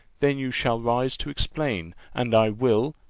then you shall rise to explain and i will,